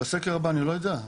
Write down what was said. בסקר הבא אני לא יודע.